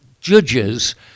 judges